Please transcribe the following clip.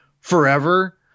forever